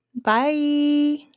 Bye